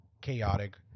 chaotic